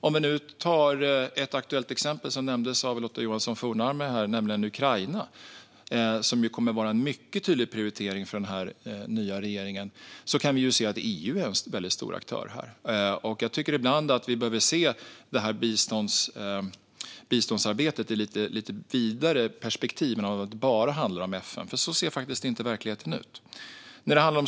Om vi nu tar ett aktuellt exempel som nämndes av Lotta Johnsson Fornarve, nämligen Ukraina, som kommer att vara en mycket tydlig prioritering för den här nya regeringen, kan vi se att EU är en väldigt stor aktör. Jag tycker att vi ibland behöver se biståndsarbetet i ett lite vidare perspektiv än att det bara skulle handla om FN, för så ser faktiskt inte verkligheten ut.